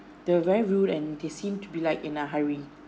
they were very rude and they seemed to be like in a hurry